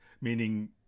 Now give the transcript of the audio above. meaning